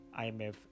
IMF